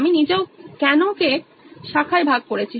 আমি নিজেও কেনো কে শাখায় ভাগ করেছি